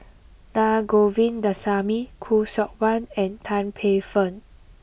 Naa Govindasamy Khoo Seok Wan and Tan Paey Fern